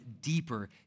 deeper